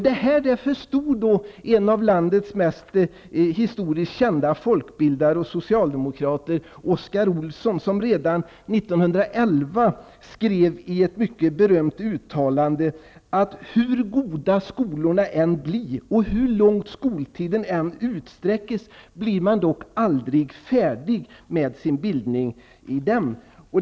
Det här förstod en av landets mest historiskt kända folkbildare och socialdemokrater Oscar Olsson, som redan 1911 skrev i ett mycket berömt uttalande att hur goda skolorna än bli och hur långt skoltiden än utsträckes blir man dock aldrig färdig med sin bildning i den.